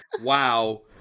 Wow